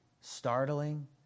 startling